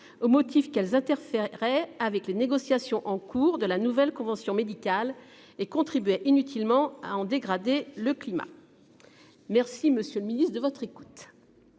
au motif qu'elles interfèrerait avec les négociations en cours de la nouvelle convention médicale et contribué inutilement ahan dégradé le climat. Merci Monsieur le Ministre de votre écoute.